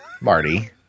Marty